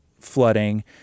flooding